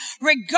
regardless